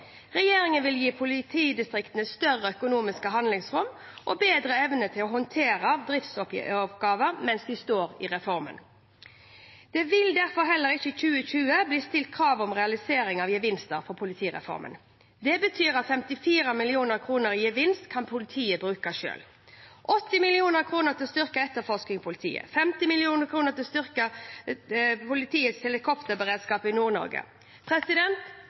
Regjeringen vil gi politidistriktene større økonomisk handlingsrom og bedre evne til å håndtere driftsoppgaver mens de står i reformen. Det vil derfor heller ikke i 2020 bli stilt krav om realisering av gevinster fra politireformen. Det betyr at 54 mill. kr i gevinst kan politiet bruke selv. I tillegg bevilges 80 mill. kr til styrket etterforskning i politiet og 50 mill. kr til å styrke politiets helikopterberedskap i